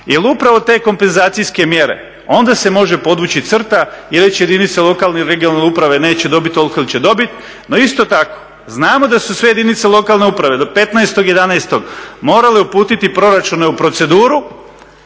jel upravo te kompenzacijske mjere onda se može podvući crta i reći jedinice lokalne i regionalne uprave neće dobiti toliko ili će dobiti. No isto tako znamo da su sve jedinice lokalne uprave do 15.11. morale uputiti proračune u proceduru,